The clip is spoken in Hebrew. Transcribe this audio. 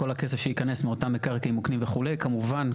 כל הכסף שייכנס מאותם מקרקעין מוקנים וכו' כמובן,